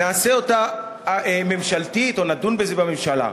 נעשה אותה ממשלתית, או נדון בזה בממשלה.